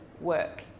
work